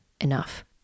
enough